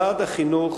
ועד החינוך